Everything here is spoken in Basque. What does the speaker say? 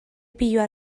piloa